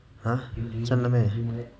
!huh! 真的 meh